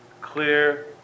clear